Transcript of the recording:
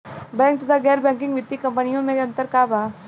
Bank तथा गैर banking वित्तीय कम्पनीयो मे अन्तर का बा?